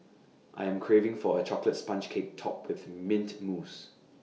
I am craving for A Chocolate Sponge Cake Topped with Mint Mousse